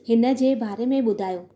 हिन जे बारे में ॿुधायो